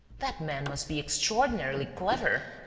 that man must be extraordinarily clever!